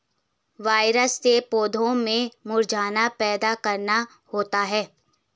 virus से पौधों में मुरझाना पैदा करना होता है